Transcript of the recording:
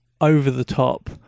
over-the-top